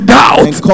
doubt